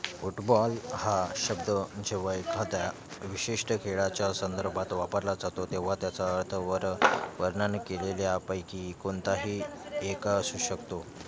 football हा शब्द जेव्हा एखाद्या विशिष्ट खेळाच्या संदर्भात वापरला जातो तेव्हा त्याचा अर्थ वर वर्णन केलेल्यापैकी कोणताही एका असू शकतो